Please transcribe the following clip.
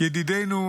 ידיד בית המשפט.